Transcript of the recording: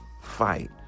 fight